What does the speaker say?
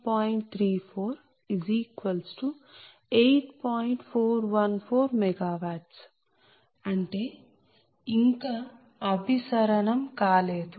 414 MW అంటే ఇంకా అభిసరణం కాలేదు